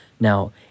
Now